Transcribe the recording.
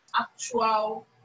actual